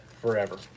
forever